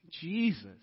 Jesus